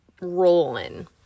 rolling